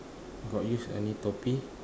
got use any toupee